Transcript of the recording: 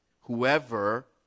whoever